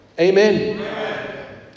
Amen